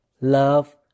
love